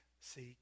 seek